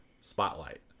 spotlight